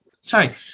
Sorry